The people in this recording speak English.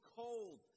cold